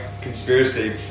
conspiracy